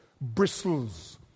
bristles